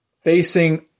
Facing